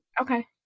okay